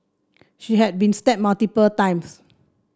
she had been stabbed multiple times